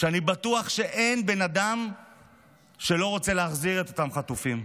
אני בטוח שאין בן אדם שלא רוצה להחזיר את אותם חטופים,